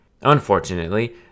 Unfortunately